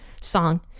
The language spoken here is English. song